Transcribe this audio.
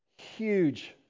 Huge